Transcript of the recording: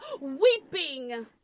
weeping